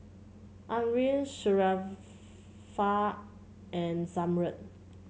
Amrin Sharifah and Zamrud